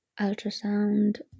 ultrasound